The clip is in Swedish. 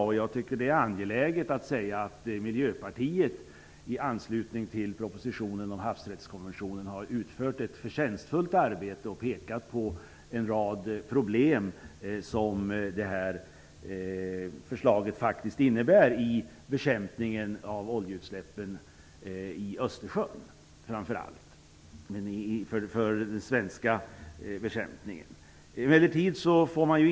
Jag tycker också att det är angeläget att säga att Miljöpartiet i anslutning till propositionen om havsrättskonventionen har utfört ett förtjänstfullt arbete och pekat på en rad problem som det här förslaget faktiskt innebär, framför allt för den svenska bekämpningen av oljeutsläppen i Östersjön.